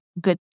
good